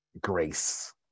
grace